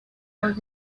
los